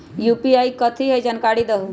UPI कथी है? जानकारी दहु